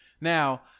Now